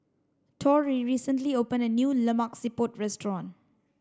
Torie recently opened a new Lemak Siput restaurant